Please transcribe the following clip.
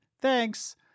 Thanks